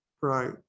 Right